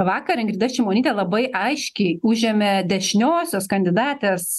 vakar ingrida šimonytė labai aiškiai užėmė dešiniosios kandidatės